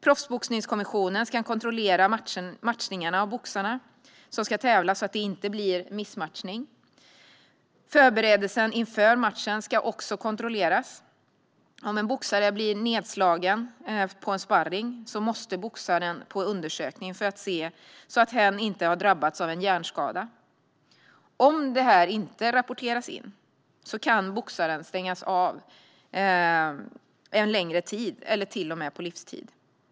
Proffsboxningskommissionen ska kontrollera matchningarna av boxarna som ska tävla, så att matchningen inte blir fel. Förberedelsen inför matchen ska också kontrolleras. Om en boxare blir nedslagen på en sparring måste boxaren undersökas så att man kan se att hen inte har drabbats av en hjärnskada. Om detta inte rapporteras in kan boxaren stängas av en längre tid, till och med på livstid.